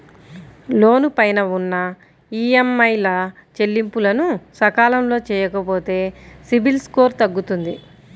లోను పైన ఉన్న ఈఎంఐల చెల్లింపులను సకాలంలో చెయ్యకపోతే సిబిల్ స్కోరు తగ్గుతుంది